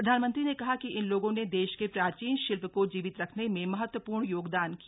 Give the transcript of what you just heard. प्रधानमंत्री ने कहा कि इन लोगों ने देश के प्राचीन शिल्प को जीवित रखने में महत्वपूर्ण योगदान किया